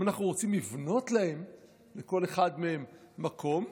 אם אנחנו רוצים לבנות לכל אחד מהם מקום.